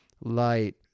light